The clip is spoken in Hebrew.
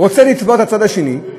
רוצה לתבוע את הצד השני,